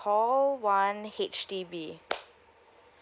call one H_D_B